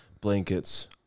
blankets